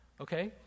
Okay